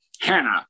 Hannah